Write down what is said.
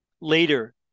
later